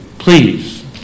Please